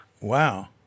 Wow